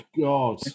God